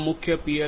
આ મુખ્ય પી